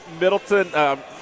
Middleton